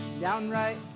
downright